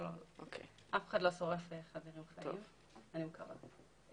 אף אחד לא שורף חזיר חיים, אני מקווה.